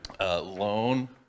loan